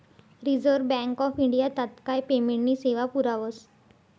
reserve bank of India तात्काय पेमेंटनी सेवा पुरावस